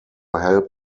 help